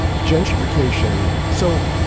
gentrification, so